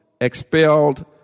expelled